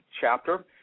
chapter